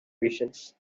visions